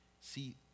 See